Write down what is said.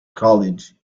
college